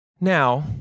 Now